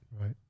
Right